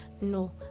No